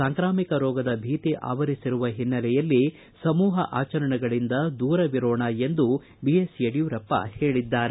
ಸಾಂಕ್ರಾಮಿಕ ರೋಗದ ಭೀತಿ ಆವರಿಸಿರುವ ಹಿನ್ನೆಲೆಯಲ್ಲಿ ಸಮೂಪ ಆಚರಣೆಗಳಿಂದ ದೂರವಿರೋಣ ಎಂದು ಹೇಳಿದ್ದಾರೆ